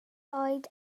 oed